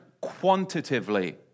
quantitatively